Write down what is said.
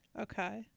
Okay